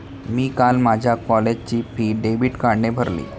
मी काल माझ्या कॉलेजची फी डेबिट कार्डने भरली